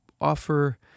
offer